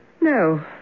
no